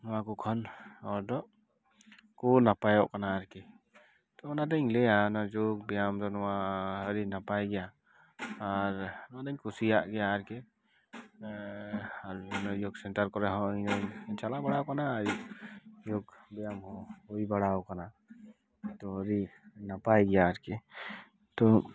ᱱᱚᱣᱟ ᱠᱚ ᱠᱷᱚᱱ ᱦᱚᱲ ᱫᱚ ᱠᱚ ᱱᱟᱯᱟᱭᱚᱜ ᱠᱟᱱᱟ ᱟᱨᱠᱤ ᱛᱚ ᱚᱱᱟ ᱫᱚᱧ ᱞᱟᱹᱭᱟ ᱚᱱᱟ ᱡᱳᱜᱽ ᱵᱮᱭᱟᱢ ᱫᱚ ᱱᱚᱣᱟ ᱟᱹᱰᱤ ᱱᱟᱯᱟᱭ ᱜᱮᱭᱟ ᱟᱨ ᱱᱚᱣᱟ ᱫᱚᱧ ᱠᱩᱥᱤᱭᱟᱜ ᱜᱮᱭᱟ ᱟᱨᱠᱤ ᱟᱨ ᱡᱳᱜᱽ ᱥᱮᱱᱴᱟᱨ ᱠᱚᱨᱮ ᱦᱚᱸᱧ ᱪᱟᱞᱟᱣ ᱵᱟᱲᱟ ᱟᱠᱟᱱᱟ ᱡᱳᱜᱽ ᱵᱮᱭᱟᱢ ᱦᱚᱸ ᱦᱩᱭ ᱵᱟᱲᱟ ᱟᱠᱟᱱᱟ ᱛᱚ ᱟᱹᱰᱤ ᱱᱟᱯᱟᱭ ᱜᱮᱭᱟ ᱟᱨᱠᱤ ᱛᱚ